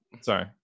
Sorry